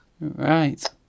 Right